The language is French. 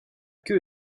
queue